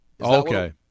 Okay